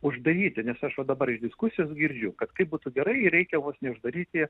uždaryti nes aš va dabar iš diskusijos girdžiu kad kaip būtų gerai reikia vos ne uždaryti